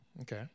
Okay